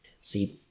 See